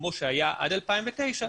כמו שהיה עד 2009,